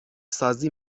سازی